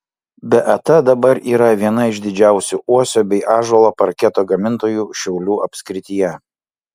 beata dabar yra viena iš didžiausių uosio bei ąžuolo parketo gamintojų šiaulių apskrityje